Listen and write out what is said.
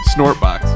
Snortbox